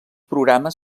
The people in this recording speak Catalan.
programes